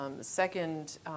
Second